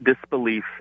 disbelief